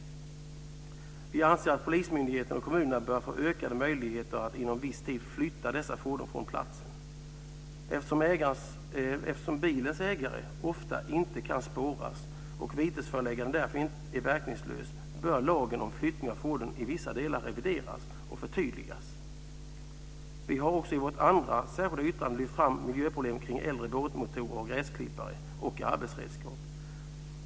Vi anser att polismyndigheten och kommunerna bör få ökade möjligheter att inom viss tid flytta dessa fordon från platsen. Eftersom bilens ägare ofta inte kan spåras och vitesföreläggande därför är verkningslöst, bör lagen om flyttning av fordon i vissa delar revideras och förtydligas. Vi har i vårt andra särskilda yttrande och lyft fram miljöproblemen med äldre båtmotorer, gräsklippare och arbetsredskap.